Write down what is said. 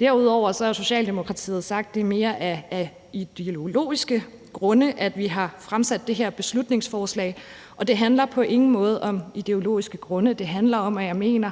Derudover har Socialdemokratiet sagt, at det mere er af ideologiske grunde, at vi har fremsat det her beslutningsforslag, men det handler på ingen måde om ideologi. Det handler om, at jeg mener,